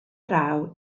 draw